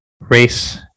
race